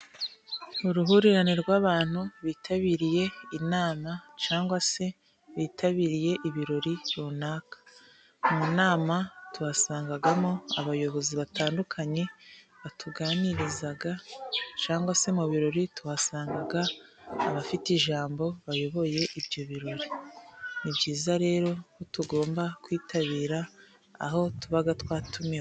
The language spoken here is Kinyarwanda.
Uruhurirane rw'abantu bitabiriye inama cyangwa se bitabiriye ibirori runaka. Mu nama tuhasangamo abayobozi batandukanye batuganiriza, cyangwa se mu birori tuhasanga abafite ijambo bayoboye ibyo birori. Ni byiza rero ko tugomba kwitabira aho tuba twatumiwe.